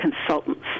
consultants